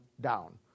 down